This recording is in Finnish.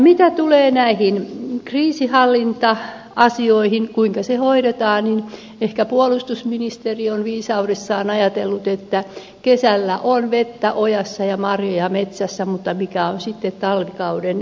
mitä tulee näihin kriisinhallinta asioihin kuinka ne hoidetaan niin ehkä puolustusministeri on viisaudessaan ajatellut että kesällä on vettä ojassa ja marjoja metsässä mutta mikä on sitten talvikauden ruoka aika